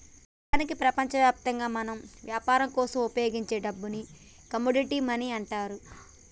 నిజానికి ప్రపంచవ్యాప్తంగా మనం యాపరం కోసం ఉపయోగించే డబ్బుని కమోడిటీ మనీ అంటారు